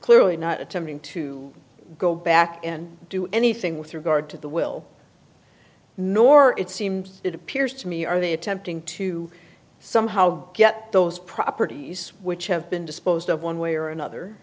clearly not attempting to go back and do anything with regard to the will nor it seems it appears to me are the attempting to somehow get those properties which have been disposed of one way or another